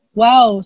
wow